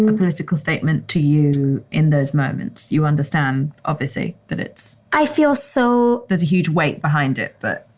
and political statement to you in those moments. you understand, obviously, that it's i feel so there's a huge weight behind it. but